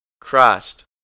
Christ